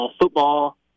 football